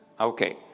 Okay